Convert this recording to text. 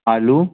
आलू